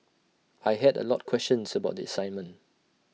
I had A lot questions about the assignment